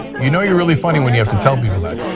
you know you're really funny when you have to tell people that.